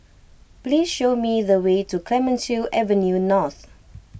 please show me the way to Clemenceau Avenue North